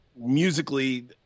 musically